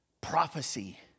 Prophecy